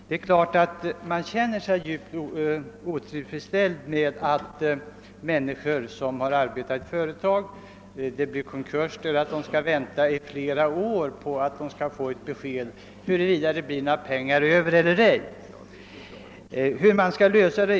Det är klart att man känner sig djupt otillfredsställd med det förhållandet, att människor som arbetat i ett företag som gått i konkurs skall behöva vänta flera år på besked huruvida det blir några pengar över eller ej.